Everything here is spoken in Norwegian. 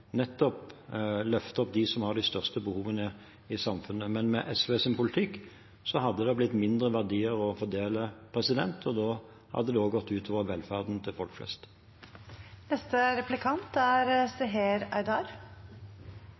som har de største behovene i samfunnet. Men med SVs politikk ville det ha blitt mindre verdier å fordele, og det ville også ha gått ut over velferden til folk